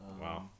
Wow